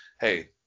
hey